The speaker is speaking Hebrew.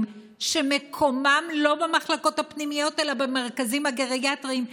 שמקומם לא במחלקות הפנימיות אלא במרכזים הגריאטריים,